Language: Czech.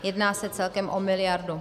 Jedná se celkem o miliardu.